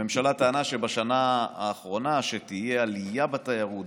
הממשלה טענה בשנה האחרונה שתהיה עלייה בתיירות,